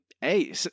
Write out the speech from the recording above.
hey